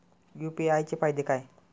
UPI चे फायदे काय?